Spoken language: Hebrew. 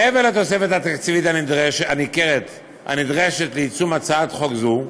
מעבר לתוספת התקציבית הניכרת הנדרשת ליישום הצעת חוק זו,